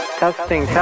testing